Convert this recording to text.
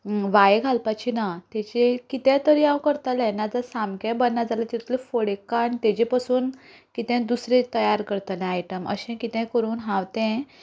भायर घालपाचें ना ताजें हांव कितें तरी करतलें नाजाल्या सामकें बरें ना जाल्यार तातुंतल्यो फोडी काडून ताजे पासून कितें दुसरें तयार करतलें आयटम अशें कितेंय करून हांव तें